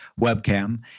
webcam